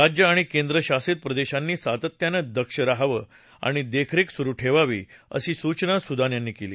राज्य आणि केंद्रशासित प्रदेशांनी सातत्यानं दक्ष राहावं आणि देखरेख सुरू ठेवावी अशी सूचना सुदान यांनी केली